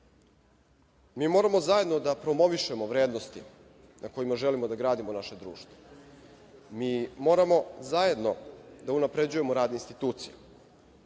Mi moramo zajedno da promovišemo vrednosti na kojima želimo da gradimo naše društvo. Mi moramo zajedno da unapređujemo rad institucija. Podsetiću